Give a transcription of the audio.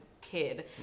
kid